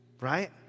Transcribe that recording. right